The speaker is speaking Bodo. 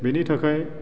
बेनि थाखाय